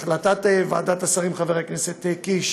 החלטת ועדת השרים, חבר הכנסת קיש,